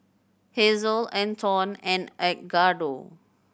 Hazelle Anton and Edgardo